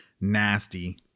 nasty